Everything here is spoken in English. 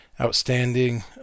outstanding